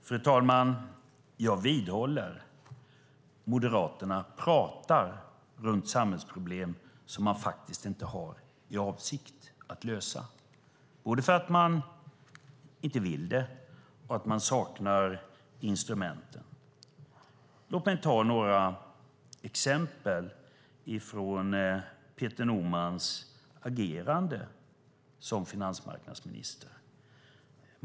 Fru talman! Jag vidhåller att Moderaterna talar om samhällsproblem som man faktiskt inte har för avsikt att lösa, både för att man inte vill det och för att man saknar instrumenten. Låt mig ge några exempel från Peter Normans agerande som finansmarknadsminister.